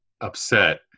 upset